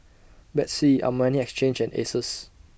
Betsy Armani Exchange and Asus